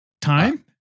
time